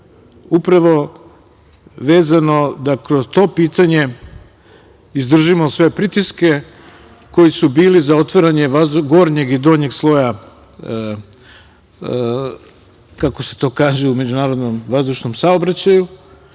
upravo vezano da kroz to pitanje izdržimo sve pritiske koji su bili za otvaranje gornjeg i donjeg sloja, kako se to kaže, u međunarodnom vazdušnom saobraćaju. Baš